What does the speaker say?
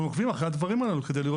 אנחנו עוקבים אחרי הדברים הללו כדי לראות